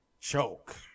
Choke